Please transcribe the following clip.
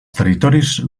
territoris